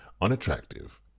unattractive